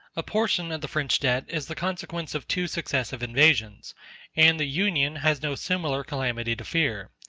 a portion of the french debt is the consequence of two successive invasions and the union has no similar calamity to fear.